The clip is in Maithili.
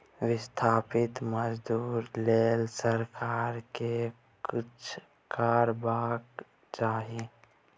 बिस्थापित मजदूर लेल सरकार केँ किछ करबाक चाही